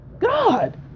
God